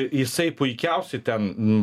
jisai puikiausiai ten